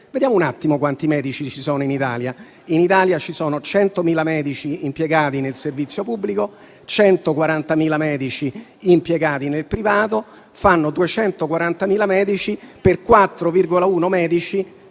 Vediamo un attimo quanti medici ci sono in Italia. In Italia ci sono 100.000 medici impiegati nel servizio pubblico e 140.000 medici impiegati nel privato, per un totale di 240.000 medici: 4,1 medici